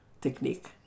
technique